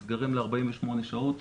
הם נסגרים ל-48 שעות,